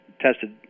tested